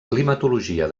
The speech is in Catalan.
climatologia